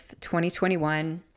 2021